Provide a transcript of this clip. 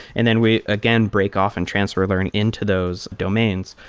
and then we again break off and transfer learn into those domains.